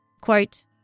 Quote